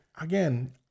again